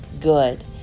good